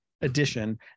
edition